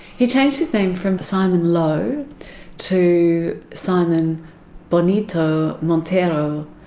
he changed his name from simon lowe to simon bonito montero,